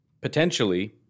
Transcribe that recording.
potentially